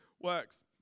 works